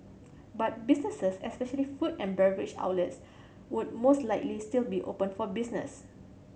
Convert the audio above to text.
but businesses especially food and beverage outlets would most likely still be open for business